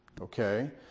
okay